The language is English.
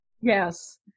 Yes